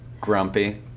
Grumpy